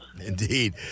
indeed